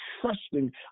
trusting